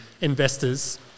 investors